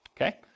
okay